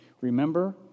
remember